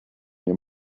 your